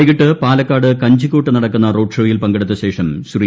വൈകിട്ട് പാലക്കാട് കഞ്ചിക്കോട് നടക്കുന്ന റോഡ്ഷോയിൽ പങ്കെടുത്ത ശേഷം ശ്രീ